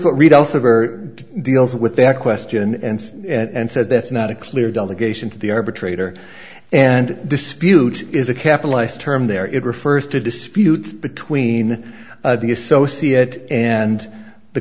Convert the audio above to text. for deals with that question and said that's not a clear delegation to the arbitrator and dispute is a capitalized term there it refers to a dispute between the associate and the